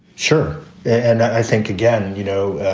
sure. and i think, again, you know,